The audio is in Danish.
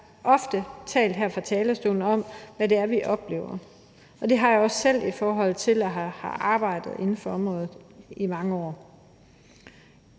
vi har ofte her fra talerstolen talt om, hvad det er, vi oplever. Det har jeg også selv i forhold til at have arbejdet inden for området i mange år.